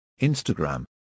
Instagram